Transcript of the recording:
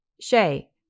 Shay